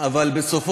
אבל עדיין,